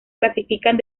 clasifican